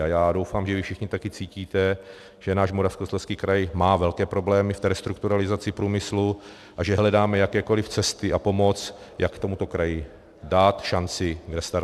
A já doufám, že vy všichni také cítíte, že nás Moravskoslezský kraj má velké problémy v restrukturalizaci průmyslu a že hledáme jakékoliv cesty a pomoc, jak tomuto kraji dát šanci restartu.